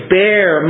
bear